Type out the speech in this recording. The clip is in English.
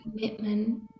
commitment